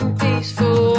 peaceful